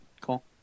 Cool